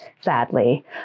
sadly